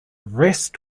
rest